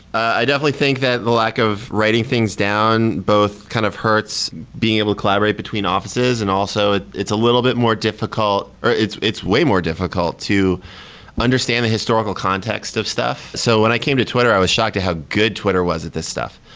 i definitely think that the lack of writing things down both kind of hurts being able to collaborate between offices and also it's a little bit more difficult or it's it's way more difficult to understand the historical context of stuff. so when i came to twitter i was shocked to how good twitter was at this stuff.